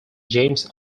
james